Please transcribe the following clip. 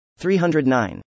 309